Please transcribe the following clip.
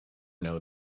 know